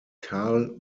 carl